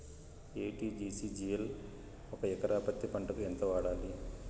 ఎ.టి.జి.సి జిల్ ఒక ఎకరా పత్తి పంటకు ఎంత వాడాలి?